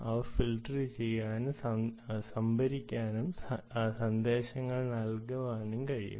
അവ ഫിൽട്ടർ ചെയ്യാനും സംഭരിക്കാനും സന്ദേശങ്ങൾ നൽകാനും കഴിയും